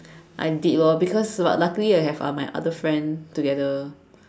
I did lor because lu~ luckily I have uh my other friend together